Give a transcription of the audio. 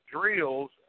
drills